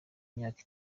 imyaka